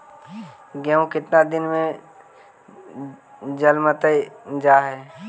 गेहूं केतना दिन में जलमतइ जा है?